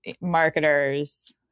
marketers